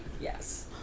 Yes